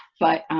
but